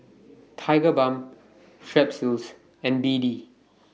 Tigerbalm Strepsils and B D